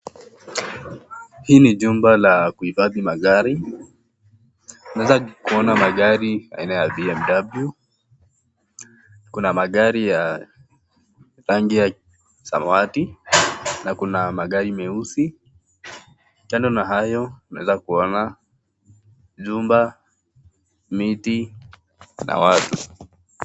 Hii ni jumba la kuhifadhi magari. Tunaeza kuona magari aina ya BMW, kuna magari ya rangi ya samawati, na kuna magari meusi. Kando na hayo tunaeza kuona nyumba, miti na watu.